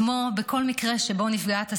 כמו בכל מקרה שבו נפגעת הסביבה,